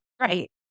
right